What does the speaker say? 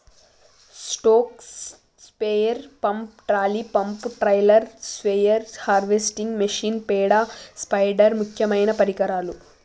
stroke sprayer pump, trolley pump, trailer sprayer, harvesting machine, పేడ స్పైడర్ ముక్యమైన పరికరాలు